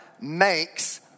Makes